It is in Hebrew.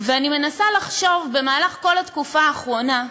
ואני מנסה לחשוב, במהלך כל התקופה האחרונה,